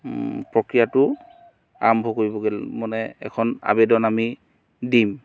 প্ৰক্ৰিয়াটো আৰম্ভ কৰিবগৈ মানে এখন আবেদন আমি দিম